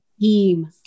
team